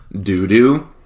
doo-doo